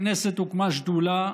בכנסת הוקמה שדולה